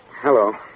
Hello